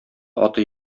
аты